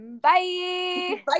Bye